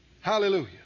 Hallelujah